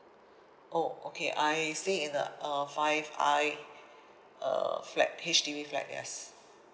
oh okay I stay in the uh five I uh flat H_D_B flat yes